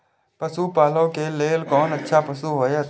पशु पालै के लेल कोन अच्छा पशु होयत?